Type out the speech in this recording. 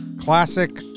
Classic